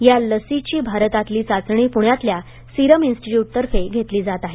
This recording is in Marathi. या लसीची भारतातली चाचणी प्ण्यातल्या सिरम इन्स्टीट्यूटतर्फे घेतली जात आहे